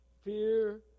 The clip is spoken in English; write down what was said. Fear